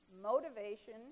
motivation